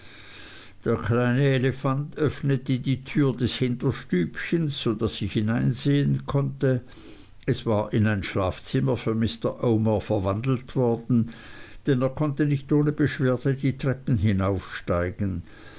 der kleine elefant öffnete die türe des hinterstübchens so daß ich hineinsehen konnte es war in ein schlafzimmer für mr omer verwandelt worden denn er konnte nicht ohne beschwerde die treppe hinaufsteigen